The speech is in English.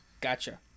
Gotcha